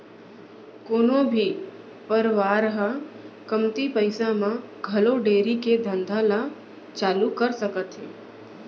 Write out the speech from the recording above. कोनो भी परवार ह कमती पइसा म घलौ डेयरी के धंधा ल चालू कर सकत हे